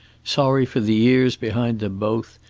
sorry for the years behind them both,